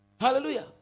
Hallelujah